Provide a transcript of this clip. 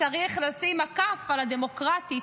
צריך לשים מקף על ה"דמוקרטית"